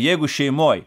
jeigu šeimoj